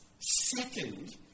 second